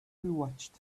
watched